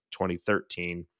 2013